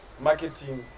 marketing